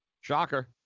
Shocker